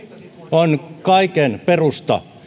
on kaiken perusta